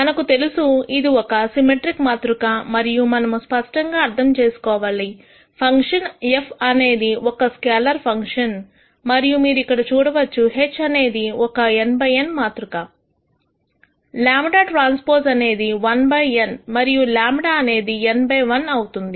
మనకు తెలుసు ఇది ఒక సిమెట్రిక్ మాతృక మరియు మనము స్పష్టంగా అర్థం చేసుకోవాలి ఫంక్షన్ f అనేది ఒక స్కేలార్ ఫంక్షన్ మరియు మీరు ఇక్కడ చూడవచ్చు H అనేది ఒక n బై n మాతృక λT అనేది 1 బై n మరియు λ అనేది n బై 1 అవుతుంది